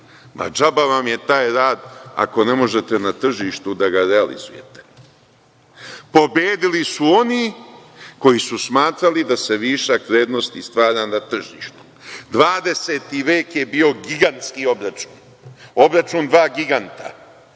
Džaba vam je taj rad ako ne možete da tržištu da ga realizujete. Pobedili su oni koji su smatrali da se višak vrednosti stvara na tržištu. Dvadeseti vek je bio gigantski obračun, obračun dva giganta